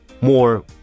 more